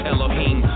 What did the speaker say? Elohim